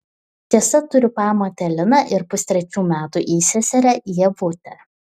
tiesa turiu pamotę liną ir pustrečių metų įseserę ievutę